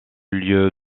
lieu